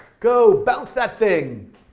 go, bounce that thing!